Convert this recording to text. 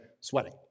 sweating